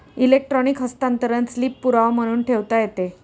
electronic हस्तांतरण slip पुरावा म्हणून ठेवता येते